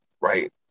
Right